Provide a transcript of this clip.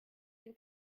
den